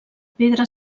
pedra